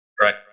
Right